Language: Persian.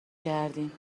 کردیم